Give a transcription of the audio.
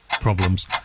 problems